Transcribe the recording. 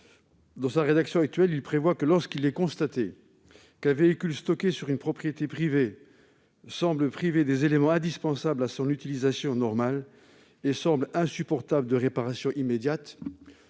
Dans sa rédaction actuelle, cet article prévoit que, « lorsqu'il est constaté qu'un véhicule stocké sur une propriété privée semble privé des éléments indispensables à son utilisation normale et semble insusceptible de réparation immédiate